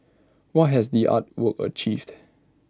what has the art work achieved